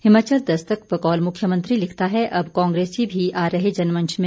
हिमाचल दस्तक बकौल मुख्यमंत्री लिखता है अब कांग्रेसी भी आ रहे जनमंच में